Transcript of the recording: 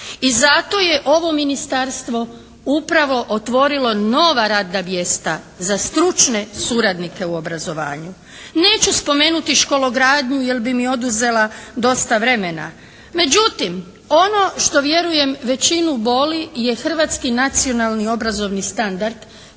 I zato je ovo Ministarstvo upravo otvorilo nova radna mjesta za stručne suradnike u obrazovanju. Neću spomenuti škologradnju jer bi mi oduzela dosta vremena. Međutim ono što vjerujem većinu boli je hrvatski nacionalni obrazovni standard